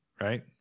Right